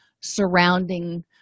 surrounding